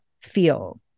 feel